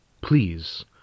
Please